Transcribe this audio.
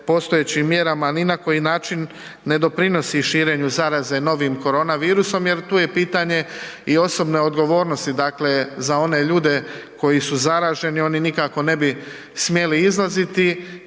postojećim mjerama ni na koji način ne doprinosi širenju zaraze novih koronavirusom jer tu je pitanje i osobne odgovornosti, dakle za one ljude koji su zaraženi, oni nikako smjeli izlaziti.